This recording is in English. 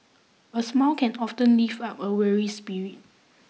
a smile can often lift up a weary spirit